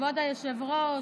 כבוד היושב-ראש,